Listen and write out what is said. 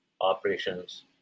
operations